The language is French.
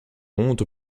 honte